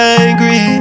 angry